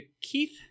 Keith